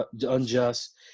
unjust